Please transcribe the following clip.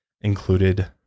included